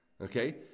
okay